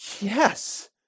yes